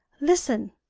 listen.